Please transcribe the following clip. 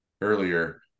earlier